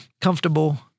comfortable